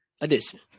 edition